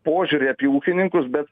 požiūrį apie ūkininkus bet